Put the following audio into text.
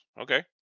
Okay